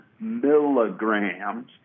milligrams